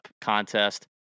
contest